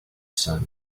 sun